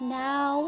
now